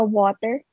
water